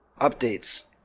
Updates